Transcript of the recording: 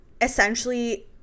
essentially